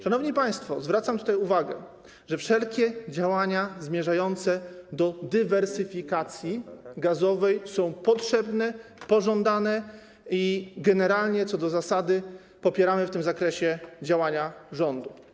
Szanowni państwo, zwracam tutaj uwagę, że wszelkie działania zmierzające do dywersyfikacji gazowej są potrzebne, pożądane i generalnie co do zasady popieramy w tym zakresie działania rządu.